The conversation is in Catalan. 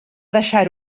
deixar